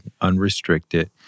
unrestricted